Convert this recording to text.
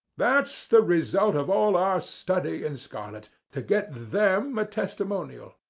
that's the result of all our study in scarlet to get them a testimonial!